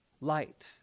light